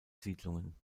siedlungen